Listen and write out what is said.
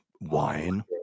wine